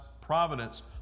providence